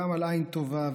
גם על עין טובה,